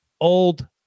old